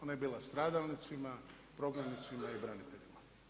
Ona je bila stradalnicima, prognanicima i braniteljima.